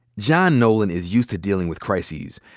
john nolan is used to dealing with crises.